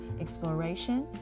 exploration